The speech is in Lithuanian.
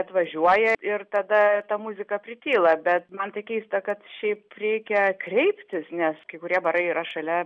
atvažiuoja ir tada ta muzika prityla bet man tai keista kad šiaip reikia kreiptis nes kai kurie barai yra šalia